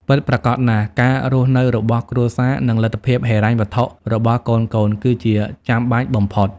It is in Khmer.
ពិតប្រាកដណាស់ ការរស់នៅរបស់គ្រួសារ និងលទ្ធភាពហិរញ្ញវត្ថុរបស់កូនៗគឺជាចាំបាច់បំផុត។